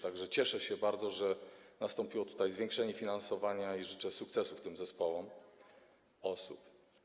Tak że cieszę się bardzo, że nastąpiło tutaj zwiększenie finansowania, i życzę sukcesów tym zespołom osób.